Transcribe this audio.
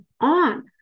on